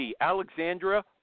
Alexandra